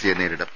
സിയെ നേരിടും